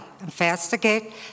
investigate